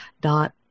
dot